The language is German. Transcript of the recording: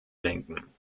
lenken